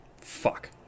Fuck